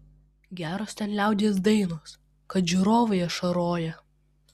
geros ten liaudies dainos kad žiūrovai ašaroja